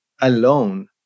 alone